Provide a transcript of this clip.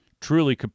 truly